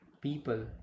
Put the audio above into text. People